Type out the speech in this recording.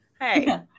hey